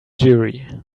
jury